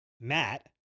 Matt